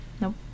nope